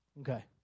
Okay